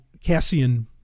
Cassian